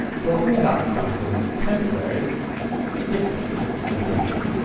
talking about something temporary or different from usual.